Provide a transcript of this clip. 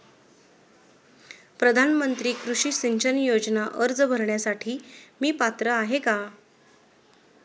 प्रधानमंत्री कृषी सिंचन योजना अर्ज भरण्यासाठी मी पात्र आहे का?